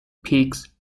peaks